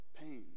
pain